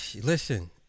listen